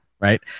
right